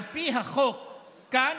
על פי החוק כאן,